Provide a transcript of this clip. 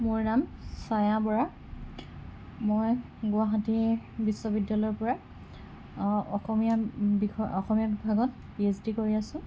মোৰ নাম ছায়া বৰা মই গুৱাহাটীৰ বিশ্ববিদ্যালয়ৰ পৰা অসমীয়া বিষয়ত অসমীয়া বিভাগত পি এইছ ডি কৰি আছোঁ